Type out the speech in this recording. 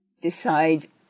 decide